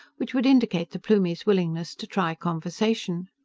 which would indicate the plumie's willingness to try conversation.